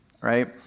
right